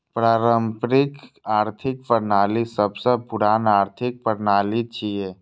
पारंपरिक आर्थिक प्रणाली सबसं पुरान आर्थिक प्रणाली छियै